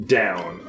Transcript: down